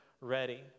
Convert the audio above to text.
ready